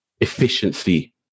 efficiency